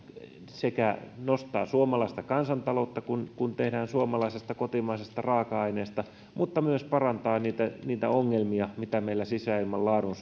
sekä nostaa suomalaista kansantaloutta kun kun tehdään suomalaisesta kotimaisesta raaka aineesta mutta myös parantaa niitä niitä ongelmia mitä meillä sisäilman laadun